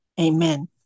Amen